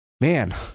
man